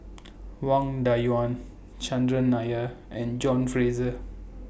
Wang Dayuan Chandran Nair and John Fraser